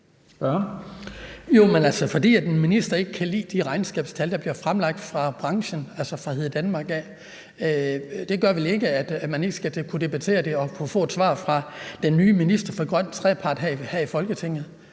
Men fordi en minister ikke kan lide de regnskabstal, der bliver fremlagt fra branchen, altså fra Dalgas , betyder det vel ikke, at man ikke skal kunne debattere det og få et svar fra den nye minister for grøn trepart her i Folketinget.